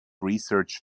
research